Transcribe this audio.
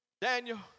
Daniel